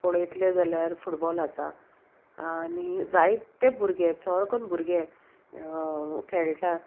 पळयतले जाल्यार फुटबॉल आसा आनी जायते भुरगे चड कन्न भुरगे खेळटा